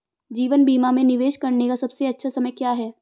जीवन बीमा में निवेश करने का सबसे अच्छा समय क्या है?